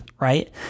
right